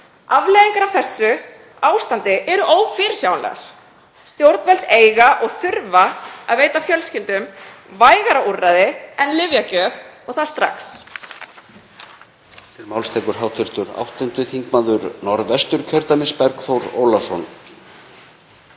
Afleiðingar af þessu ástandi eru ófyrirsjáanlegar. Stjórnvöld eiga og þurfa að veita fjölskyldum vægara úrræði en lyfjagjöf og það strax.